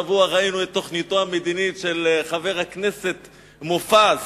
השבוע ראינו את תוכניתו המדינית של חבר הכנסת מופז,